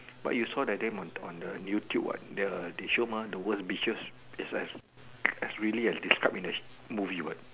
but you saw that day on on the YouTube what the they show mah the word beaches that's why I say as really as describe in the movie what